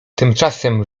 tymczasem